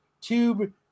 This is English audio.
tube